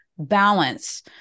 Balance